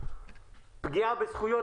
פגיעה בזכויות